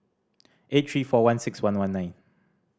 eight three four one six one one nine